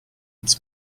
its